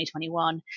2021